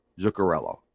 Zuccarello